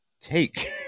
take